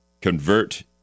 Convert